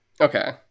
okay